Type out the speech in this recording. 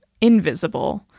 invisible